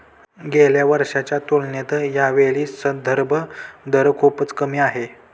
गेल्या वर्षीच्या तुलनेत यावेळी संदर्भ दर खूपच कमी आहे